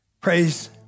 Praise